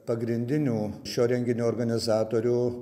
pagrindinių šio renginio organizatorių